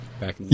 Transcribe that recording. back